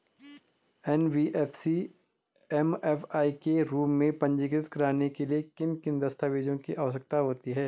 NBFC MFI के रूप में पंजीकृत कराने के लिए किन किन दस्तावेज़ों की आवश्यकता होती है?